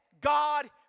god